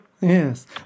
Yes